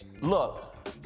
look